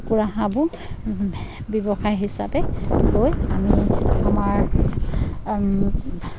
কুকুৰা হাঁহবোৰ ব্যৱসায় হিচাপে লৈ আমি আমাৰ